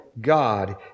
God